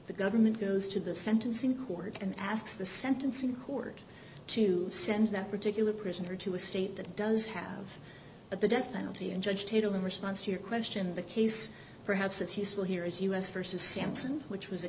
the government goes to the sentencing court and asks the sentencing court to send that particular prisoner to a state that does have the death penalty in judge hill in response to your question the case perhaps it's useful here is us versus sampson which was a